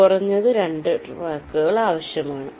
നിങ്ങൾക്ക് കുറഞ്ഞത് 2 ട്രാക്കുകൾ ആവശ്യമാണ്